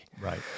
Right